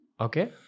Okay